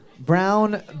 Brown